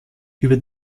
über